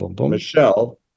Michelle